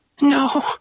No